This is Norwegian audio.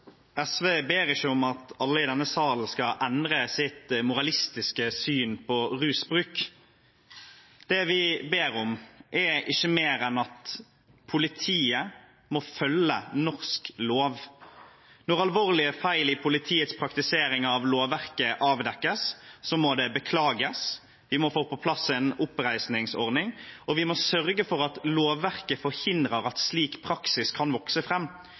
SV ber ikke om at alle i denne salen skal endre sitt moralistiske syn på rusbruk. Det vi ber om, er ikke mer enn at politiet må følge norsk lov. Når alvorlige feil i politiets praktisering av lovverket avdekkes, må det beklages, vi må få på plass en oppreisningsordning, og vi må sørge for at lovverket forhindrer at slik praksis kan vokse